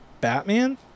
batman